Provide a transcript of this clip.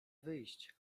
wyjść